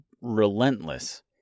relentless